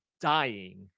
dying